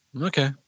Okay